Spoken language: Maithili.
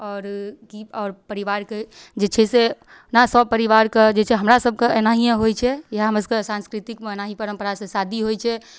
आओर कि आओर परिवारके जे छै से हमरा सब परिवारके जे छै हमरासबके एनाहिए होइ छै इएह हमरसबके साँस्कृतिकमे एनाहिए परम्परासँ शादी होइ छै